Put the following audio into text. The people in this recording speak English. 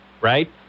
right